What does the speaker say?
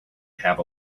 have